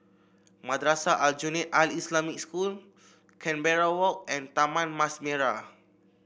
Madrasah Aljunied Al Islamic School Canberra Walk and Taman Mas Merah